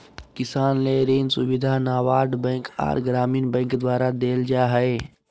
किसान ले ऋण सुविधा नाबार्ड बैंक आर ग्रामीण बैंक द्वारा देल जा हय